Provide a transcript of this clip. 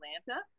Atlanta